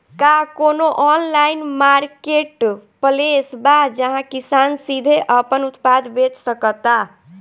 का कोनो online marketplace बा जहां किसान सीधे अपन उत्पाद बेच सकता?